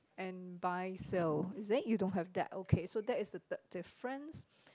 and buy sale is it you don't have that okay so that is the third difference